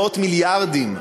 מאות מיליארדים,